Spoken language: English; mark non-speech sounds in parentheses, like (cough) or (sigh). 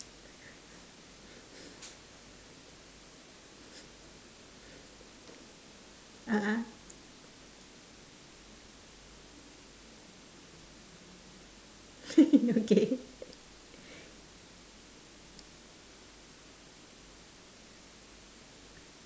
a'ah (laughs) okay